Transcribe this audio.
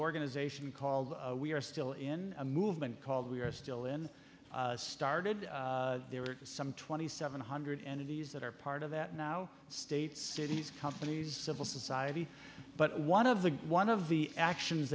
organization called we are still in a movement called we are still in started there are some twenty seven hundred entities that are part of that now states cities companies civil society but one of the one of the actions